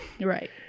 right